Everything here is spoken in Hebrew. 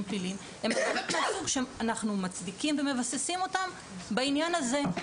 פליליים הן הגבלות מהסוג שאנחנו מצדיקים ומבססים בעניין הזה,